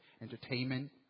entertainment